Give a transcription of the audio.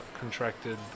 contracted